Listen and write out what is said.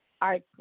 arts